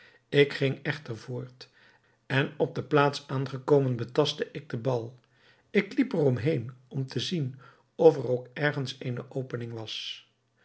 ik ging echter voort en op de plaats aangekomen betastte ik den bal ik liep er om heen om te zien of er ook ergens eene opening was